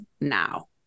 now